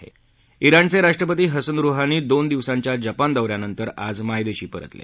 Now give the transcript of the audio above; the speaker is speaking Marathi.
ा ज्ञाणचे राष्ट्रपती हसन रुहानी दोन दिवसांच्या जपान दौऱ्यानंतर आज मायदेशी परतले